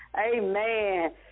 Amen